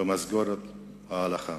במסגרת ההלכה,